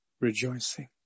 rejoicing